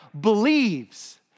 believes